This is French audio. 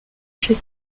chez